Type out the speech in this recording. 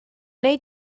wnei